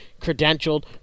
credentialed